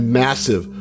massive